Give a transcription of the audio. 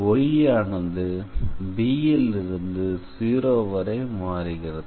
y ஆனது b ல் இருந்து 0 வரை மாறுகிறது